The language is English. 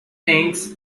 inks